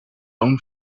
own